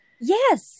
Yes